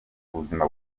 ubuzima